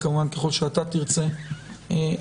וכמובן ככל שאתה תרצה בבקשה.